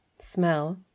Smell